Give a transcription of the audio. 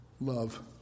love